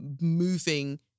moving